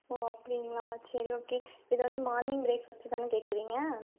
ஓ அப்படிங்ளா சரி ஓகே இது வந்து மார்னிங் ப்ரேக்ஃபஸ்ட் தானே கேட்குறீங்க